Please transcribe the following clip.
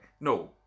No